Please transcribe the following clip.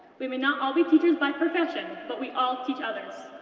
we may not all be teachers by profession, but we all teach others,